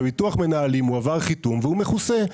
בביטוח מנהלים הוא עבר חיתום והוא מכוסה.